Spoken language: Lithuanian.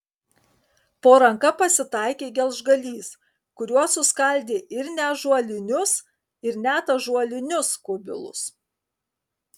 po ranka pasitaikė gelžgalys kuriuo suskaldė ir neąžuolinius ir net ąžuolinius kubilus